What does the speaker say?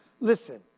Listen